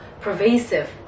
pervasive